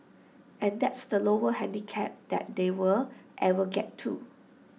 and that's the lowest handicap that they'll ever get to